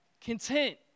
Content